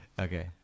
okay